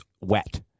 wet